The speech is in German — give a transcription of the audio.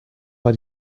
war